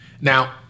Now